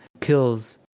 kills